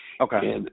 Okay